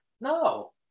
No